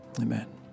Amen